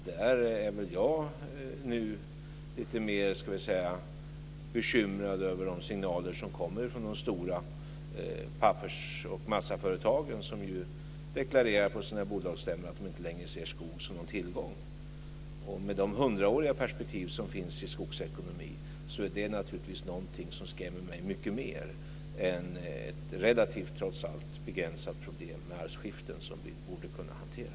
Där är jag bekymrad över de signaler som kommer från de stora pappers och massaföretagen som ju deklarerar på sina bolagsstämmor att de inte längre ser skog som en till gång. Med det hundraåriga perspektiv som finns i skogsekonomin är detta någonting som skrämmer mig mycket mer än det trots allt relativt begränsade problemet med arvsskiften som vi borde kunna hantera.